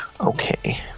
okay